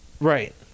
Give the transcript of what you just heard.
Right